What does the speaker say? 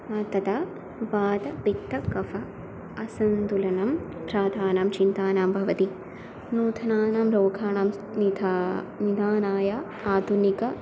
तथा वातपित्तकफानाम् असन्तुलनं प्रधानचिन्तानां भवति नूतनानां रोगाणां निधानं निधानाय आधुनिकी